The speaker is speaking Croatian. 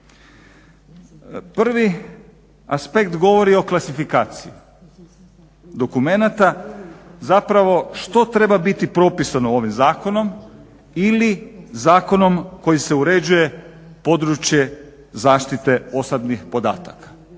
Prvi aspekt govori o klasifikaciji dokumenata, zapravo što treba biti propisano ovim zakonom ili zakonom koji se uređuje područje zaštite osobnih podataka.